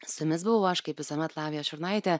su jumis buvau aš kaip visuomet lavija šurnaitė